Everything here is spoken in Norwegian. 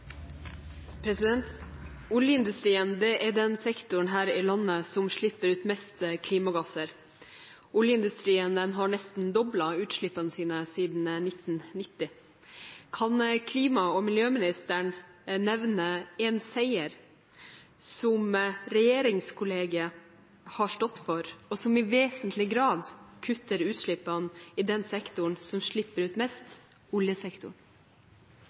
den sektoren her i landet som slipper ut mest klimagasser. Oljeindustrien har nesten doblet utslippene sine siden 1990. Kan klima- og miljøministeren nevne en seier som regjeringskollegiet har stått for, og som i vesentlig grad kutter utslippene i den sektoren som slipper ut mest – oljesektoren?